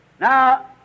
Now